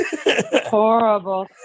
horrible